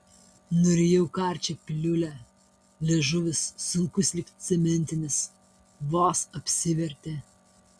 nurijau karčią piliulę liežuvis sunkus lyg cementinis vos apsivertė